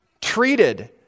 treated